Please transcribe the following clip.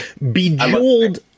Bejeweled